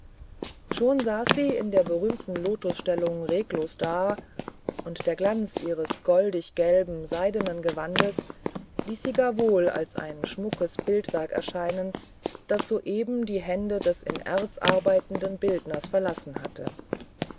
schon saß sie in der berühmten lotusstellung regungslos da und der glanz ihres goldiggelben seidenen gewandes ließ sie gar wohl als ein schmuckes bildwerk erscheinen das soeben die hände des in erz arbeitenden bildners verlassen hatte